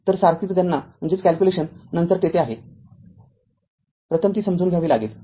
तर सारखीच गणना नंतर तेथे आहे प्रथम ती समजून घ्यावी लागेल